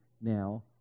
now